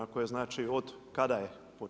Ako je znači od kada je?